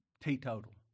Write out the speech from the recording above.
teetotal